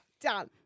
done